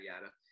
yada